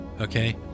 Okay